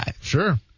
sure